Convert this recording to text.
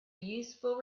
useful